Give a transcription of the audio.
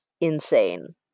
insane